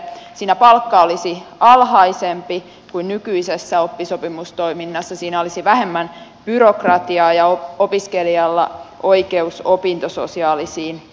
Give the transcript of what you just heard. siinä palkka olisi alhaisempi kuin nykyisessä oppisopimustoiminnassa siinä olisi vähemmän byrokratiaa ja opiskelijalla oikeus opintososiaalisiin etuuksiin